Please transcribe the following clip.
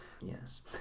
Yes